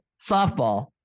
softball